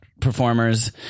performers